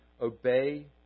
obey